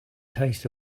taste